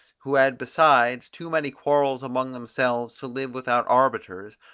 who had besides too many quarrels among themselves to live without arbiters,